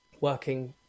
working